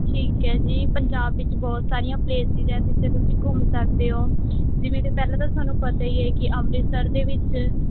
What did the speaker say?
ਠੀਕ ਹੈ ਜੀ ਪੰਜਾਬ ਵਿੱਚ ਬਹੁਤ ਸਾਰੀਆਂ ਪਲੇਸਿਸ ਹੈ ਜਿੱਥੇ ਤੁਸੀਂ ਘੁੰਮ ਸਕਦੇ ਹੋ ਜਿਵੇਂ ਕਿ ਪਹਿਲਾਂ ਤਾਂ ਤੁਹਾਨੂੰ ਪਤਾ ਹੀ ਹੈ ਕਿ ਅੰਮ੍ਰਿਤਸਰ ਦੇ ਵਿੱਚ